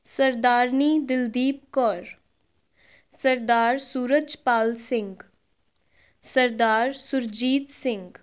Sardarni Dildeep Kaur Sardar Surajpal Singh Sardar Surjit Singh